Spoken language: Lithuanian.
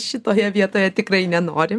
šitoje vietoje tikrai nenorim